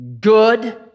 good